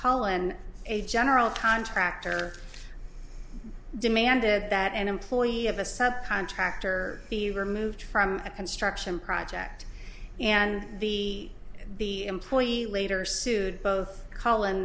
and a general contractor demanded that an employee of a subcontractor be removed from a construction project and the the employee later sued both call and